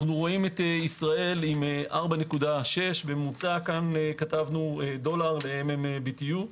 ישראל עם 4.6% בממוצע דולר ל-BTU.